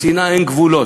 לשנאה אין גבולות.